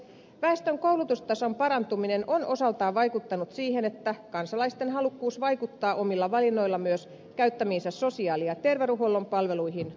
väestön koulutustason parantuminen on osaltaan vaikuttanut siihen että kansalaisten halukkuus vaikuttaa omilla valinnoillaan myös käyttämiinsä sosiaali ja terveydenhuollon palveluihin on kasvanut